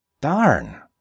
Darn